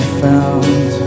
found